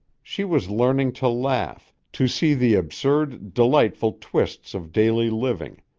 she was learning to laugh, to see the absurd, delightful twists of daily living,